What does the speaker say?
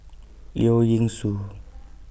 Leong Yee Soo